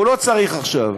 הוא לא צריך עכשיו.